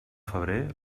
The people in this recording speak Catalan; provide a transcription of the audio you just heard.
febrer